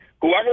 whoever